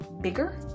Bigger